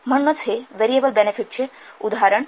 म्हणूनच हे व्हेरिएबल बेनेफिटचे उदाहरण आहे